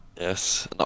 Yes